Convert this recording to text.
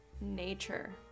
nature